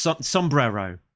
Sombrero